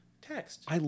Text